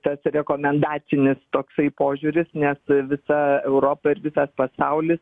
tas rekomendacinis toksai požiūris nes visa europa ir visas pasaulis